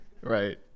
Right